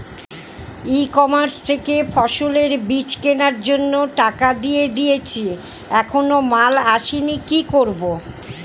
ই commerce থেকে ফসলের বীজ কেনার জন্য টাকা দিয়ে দিয়েছি এখনো মাল আসেনি কি করব?